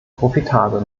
profitabel